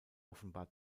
offenbar